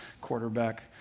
quarterback